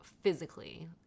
physically